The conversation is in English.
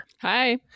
Hi